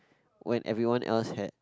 when everyone else had